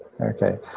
Okay